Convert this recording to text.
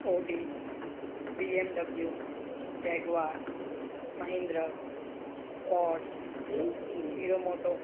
Audi B M W Jaguar Mahindra Ford Hero मोटो